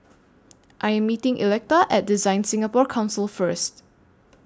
I Am meeting Electa At DesignSingapore Council First